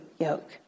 yoke